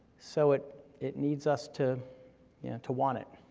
so it it needs us to yeah to want it.